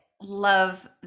love